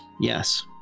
Yes